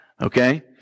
Okay